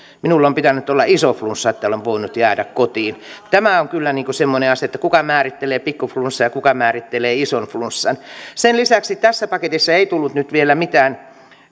minulla on pitänyt olla iso flunssa että olen voinut jäädä kotiin tämä on kyllä semmoinen asia että kuka määrittelee pikku flunssan ja kuka määrittelee ison flunssan sen lisäksi tässä paketissa ei tullut nyt vielä mitään